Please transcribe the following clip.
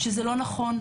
שזה לא נכון,